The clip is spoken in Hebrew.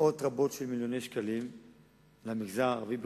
מאות רבות של מיליוני שקלים במגזר הערבי,